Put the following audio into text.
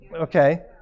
Okay